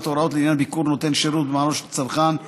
הוראות לעניין ביקור נותן שירות במענו של צרכן),